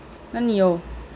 哪里有